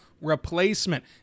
replacement